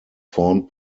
formed